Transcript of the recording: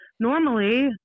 Normally